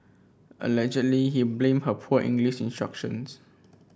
allegedly he blamed her poor English instructions